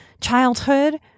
childhood